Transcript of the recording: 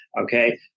Okay